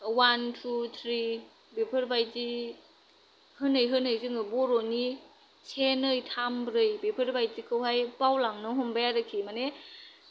अवान थु थ्रि बेफोरबायदि होनै होनै जोङो बर'नि से नै थाम ब्रै बेफोरबायदिखौहाय बावलांनो हमबाय आरोखि माने